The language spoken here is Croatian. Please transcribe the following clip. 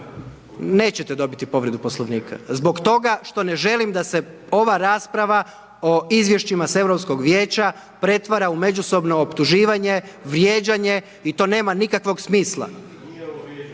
nećete dobiti povredu poslovnika. Zbog toga što ne želim da se ova rasprava o izvješćima s europskog vijeća pretvara u međusobno optuživanje, vrijeđanje i to nema nikakvog smisla.